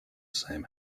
same